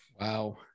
Wow